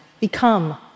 become